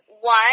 One